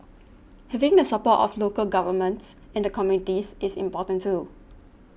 having the support of local governments and the communities is important too